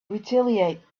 retaliate